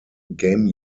game